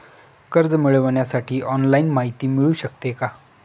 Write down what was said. कर्ज मिळविण्यासाठी ऑनलाईन माहिती मिळू शकते का?